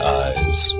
eyes